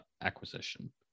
acquisition